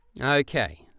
okay